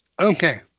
Okay